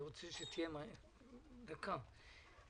שמאפשר לנישום לא להיפגע גם כנגד החלטות של רשות